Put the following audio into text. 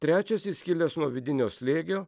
trečias įskilęs nuo vidinio slėgio